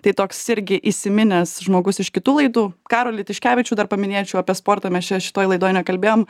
tai toks irgi įsiminęs žmogus iš kitų laidų karolį tiškevičių dar paminėčiau apie sportą mes čia šitoj laidoj nekalbėjom